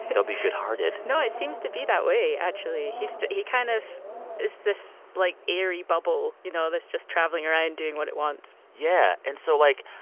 they'll be good-hearted no, it seems to be that way, actually. he's he kind of is this, like, airy bubble, you know, that's just traveling around and doing what it wants yeah. and so, like,